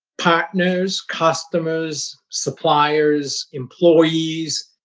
partners, customers, suppliers, employees,